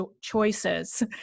choices